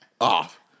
Off